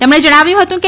તેમણે જણાવ્યું હતું કે